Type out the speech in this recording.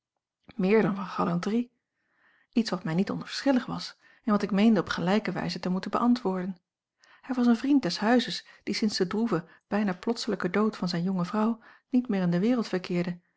dan van galanterie iets wat mij niet onverschillig was en wat ik meende op gelijke wijze te moeten beantwoorden hij was een vriend des huizes die sinds den droeven bijna plotselijken dood van zijne jonge vrouw niet meer in de wereld verkeerde